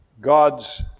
God's